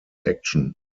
action